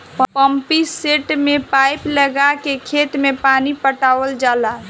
pumpset में pipe लगा के खेत में पानी पटावल जाला